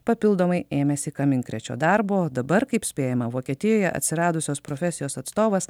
papildomai ėmėsi kaminkrėčio darbo dabar kaip spėjama vokietijoje atsiradusios profesijos atstovas